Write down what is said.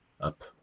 up